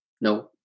no